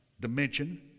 dimension